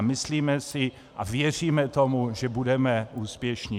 Myslíme si a věříme tomu, že budeme úspěšní.